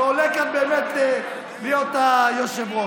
שעולה כאן באמת להיות היושב-ראש.